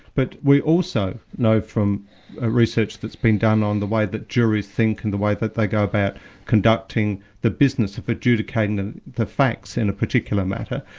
but we also know from research that's been done on the way that juries think, and the way that they go about conducting the business of adjudicating the the facts in a particular matter,